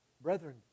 Brethren